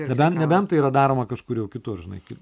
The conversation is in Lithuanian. nebent nebent tai yra daroma kažkur jau kitur žinai kai